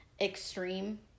extreme